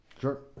Sure